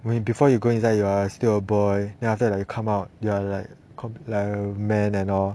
when you before you go inside you are still a boy then after that like you come out you are like a man and all